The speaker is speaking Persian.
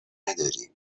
نداریم